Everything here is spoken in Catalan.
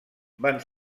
van